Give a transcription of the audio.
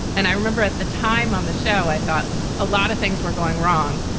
and i remember at the time on the show, i thought a lot of things were going wrong.